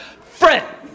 friend